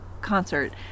concert